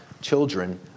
children